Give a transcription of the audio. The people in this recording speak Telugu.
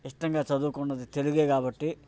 ఇష్టంగా చదువుకున్నది తెలుగు కాబట్టి